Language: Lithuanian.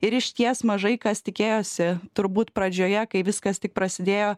ir išties mažai kas tikėjosi turbūt pradžioje kai viskas tik prasidėjo